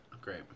Great